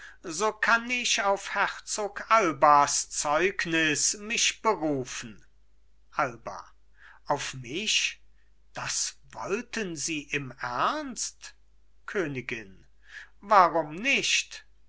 so kann ich auf herzog albas zeugnis mich berufen alba auf mich das wollten sie im ernst königin warum nicht